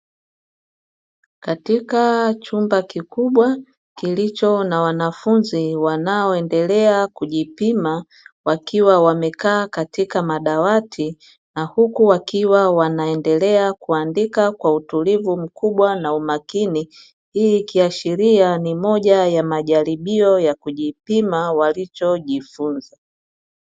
Katika chumba kikubwa kilicho na wanafunzi wanaoendelea kujipima wakiwa wamekaa katika madawati na huku wakiwa wanaendelea kuandika kwa utulivu mkubwa na umakini, hii ikiashiria ni moja ya majaribio ya kujipima walichojifunza.